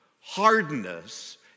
hardness